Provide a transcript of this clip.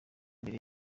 mbere